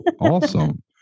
awesome